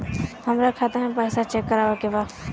हमरे खाता मे पैसा चेक करवावे के बा?